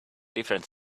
different